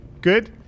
Good